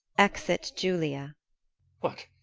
exit julia what,